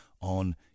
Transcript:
on